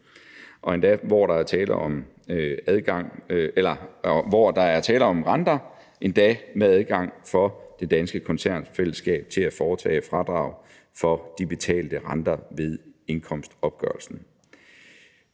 og, hvor der er tale om renter, endda med adgang for det danske koncernfællesskab til at foretage fradrag for de betalte renter ved indkomstopgørelsen.